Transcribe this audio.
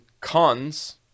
cons